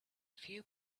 few